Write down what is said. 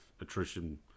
attrition